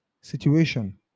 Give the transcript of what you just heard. situation